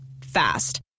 Fast